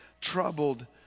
troubled